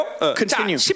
Continue